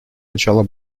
начало